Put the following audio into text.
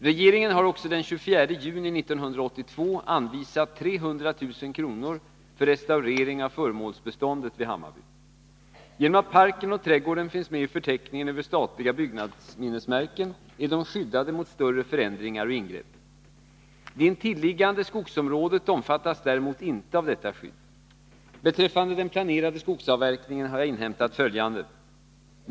Regeringen har också den 24 juni 1982 anvisat 300 000 kr. för restaurering av föremålsbeståndet vid Hammarby. Genom att parken och trädgården finns med i förteckningen över statliga byggnadsminnesmärken är de skyddade mot större förändringar och ingrepp. Det intilliggande skogsområdet omfattas däremot inte av detta skydd. Beträffande den planerade skogsavverkningen har jag inhämtat följande.